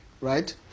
Right